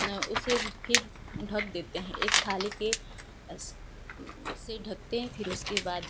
उसे फिर ढक देते है एक थाली के से ढकते हैं फिर उसके बाद